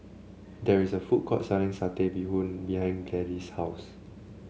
there is a food court selling Satay Bee Hoon behind Gladys' house